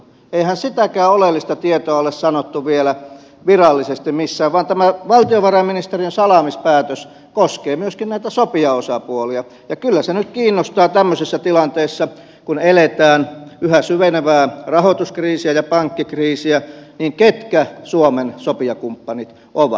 eihän sitäkään oleellista tietoa ole sanottu vielä virallisesti missään vaan tämä valtiovarainministeriön salaamispäätös koskee myöskin näitä sopijaosapuolia ja kyllä se nyt kiinnostaa tämmöisessä tilanteessa kun eletään yhä syvenevää rahoituskriisiä ja pankkikriisiä ketkä suomen sopijakumppanit ovat